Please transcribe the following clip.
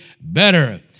better